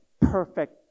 perfect